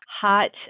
hot